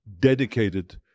dedicated